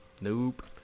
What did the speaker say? Nope